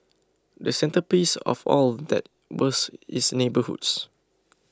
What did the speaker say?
the centrepiece of all that was its neighbourhoods